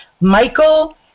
Michael